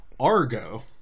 Argo